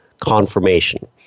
confirmation